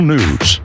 News